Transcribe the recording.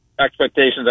expectations